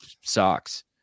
socks